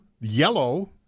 yellow